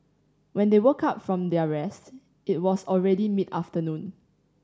when they woke up from their rest it was already mid afternoon